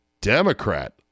Democrat